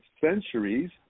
centuries